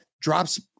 drops